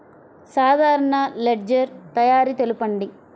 సాధారణ లెడ్జెర్ తయారి తెలుపండి?